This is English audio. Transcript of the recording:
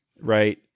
right